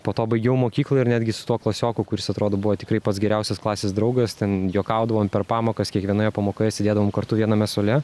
po to baigiau mokyklą ir netgi su tuo klasioku kuris atrodo buvo tikrai pats geriausias klasės draugas ten juokaudavom per pamokas kiekvienoje pamokoje sėdėdavom kartu viename suole